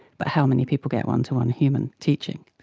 but how many people get one-to-one human teaching?